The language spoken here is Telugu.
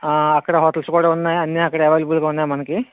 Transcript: అక్కడ హోటల్స్ కూడా ఉన్నాయి అన్నీ అవైలబుల్గా ఉన్నాయి మనకి